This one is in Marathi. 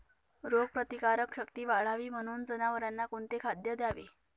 रोगप्रतिकारक शक्ती वाढावी म्हणून जनावरांना कोणते खाद्य द्यावे?